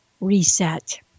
Reset